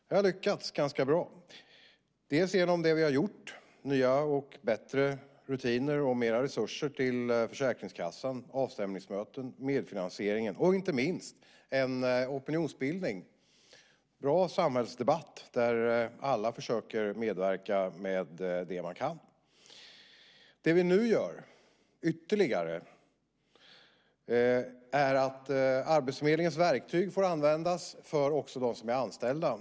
Vi har lyckats ganska bra, dels genom det vi har gjort: nya och bättre rutiner och mera resurser till Försäkringskassan, avstämningsmöten, medfinansieringen och inte minst opinionsbildning. Vi har en bra samhällsdebatt där alla försöker medverka med det man kan. Nu gör vi ytterligare en förändring, nämligen att arbetsförmedlingens verktyg får användas även för dem som är anställda.